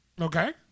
Okay